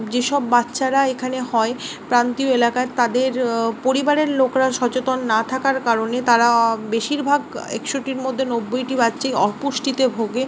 যেসব বাচ্চারা এখানে হয় প্রান্তীয় এলাকায় তাদের পরিবারের লোকরা সচেতন না থাকার কারণে তারা বেশিরভাগ একষট্টির মধ্যে নব্বইটি বাচ্চাই অপুষ্টিতে ভোগে